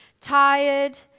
tired